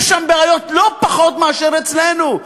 יש שם בעיות לא פחות מאשר אצלנו.